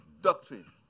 doctrine